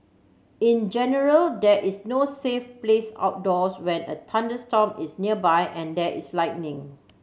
in general there is no safe place outdoors when a thunderstorm is nearby and there is lightning